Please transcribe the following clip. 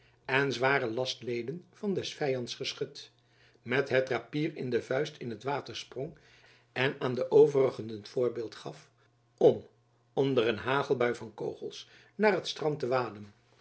en zwaren last leden van des vyands geschut met het rapier in de vuist in t water sprong en aan de overigen het voorbeeld gaf om onder een hagelbui van kogels naar het strand te waden